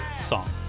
song